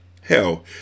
Hell